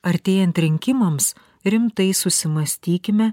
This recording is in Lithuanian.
artėjant rinkimams rimtai susimąstykime